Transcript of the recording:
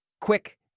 Quick